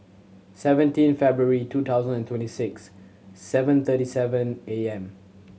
seventeen February two thousand and twenty six seven thirty seven A M